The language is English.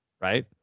right